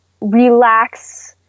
relax